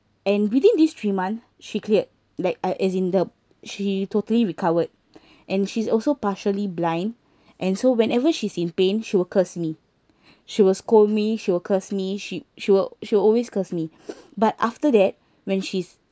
and within these three month she cleared like I as in the she totally recovered and she's also partially blind and so whenever she's in pain she will curse me she will scold me she will curse me she she will she will always curse me but after that when she is